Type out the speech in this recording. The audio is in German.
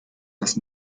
das